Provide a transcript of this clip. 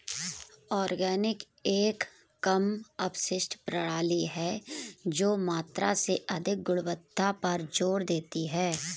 organic एक कम अपशिष्ट प्रणाली है जो मात्रा से अधिक गुणवत्ता पर जोर देती है